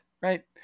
right